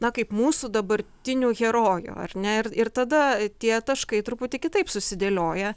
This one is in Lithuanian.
na kaip mūsų dabartinių herojų ar ne ir ir tada tie taškai truputį kitaip susidėlioja